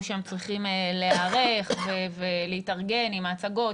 שהם צריכים להיערך ולהתארגן עם ההצגות,